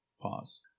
pause